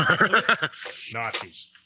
Nazis